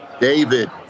David